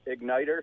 igniter